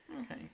Okay